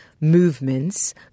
movements